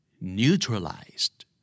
Neutralized